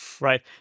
Right